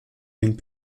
den